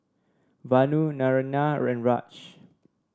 Vanu Naraina and Raj